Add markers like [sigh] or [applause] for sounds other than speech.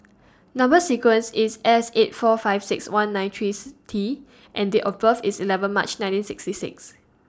Number sequence IS S eight four five six one nine three [noise] T and Date of birth IS eleven March nineteen sixty six